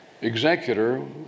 executor